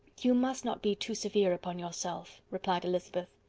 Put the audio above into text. you must not be too severe upon yourself, replied elizabeth.